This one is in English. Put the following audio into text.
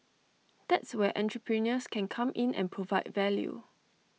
that's where entrepreneurs can come in and provide value